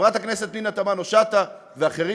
חברת הכנסת פנינה תמנו-שטה ואחרים,